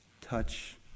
touch